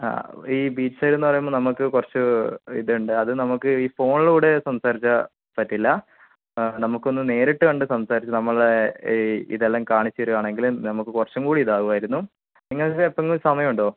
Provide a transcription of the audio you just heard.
ആ ഈ beach side എന്ന് പറയുമ്പോൾ നമുക്ക് കുറച്ച് ഇതുണ്ട് അത് നമ്മൾക്ക് ഈ ഫോണിലൂടെ സംസാരിച്ചാൽ പറ്റില്ല നമുക്കൊന്ന് നേരിട്ട് കണ്ടു സംസാരിച്ചു നമ്മളുടെ ഇതെല്ലാം കാണിച്ചു തരികയാണെങ്കിൽ നമുക്ക് കുറച്ചും കൂടി ഇതാവുമായിരുന്നു നിങ്ങൾക്ക് എപ്പോഴെങ്കിലും സമയമുണ്ടോ